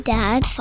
Dad